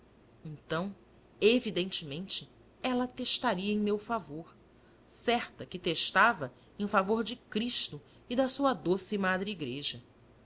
então evidentemente ela testaria em meu favor certa que testava em favor de cristo e da sua doce madre igreja